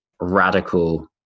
radical